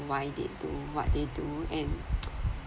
why they do what they do and